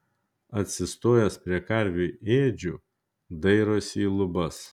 atsistojęs prie karvių ėdžių dairosi į lubas